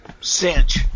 cinch